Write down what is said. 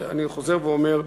ואני חוזר ואומר,